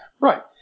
Right